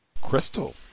Crystal